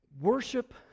worship